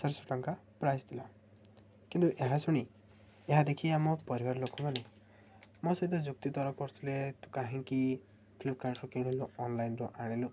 ଚାରିଶହ ଟଙ୍କା ପ୍ରାଇସ୍ ଥିଲା କିନ୍ତୁ ଏହା ଶୁଣି ଏହା ଦେଖି ଆମ ପରିବାର ଲୋକମାନେ ମୋ ସହିତ ଯୁକ୍ତି ତର୍କ କରୁଥିଲେ ତୁ କାହିଁକି ଫ୍ଲିପକାର୍ଟରୁ କିଣିଲୁ ଅନଲାଇନ୍ରୁ ଆଣିଲୁ